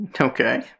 Okay